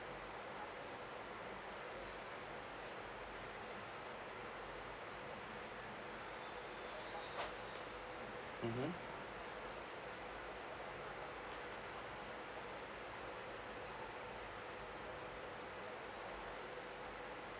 mmhmm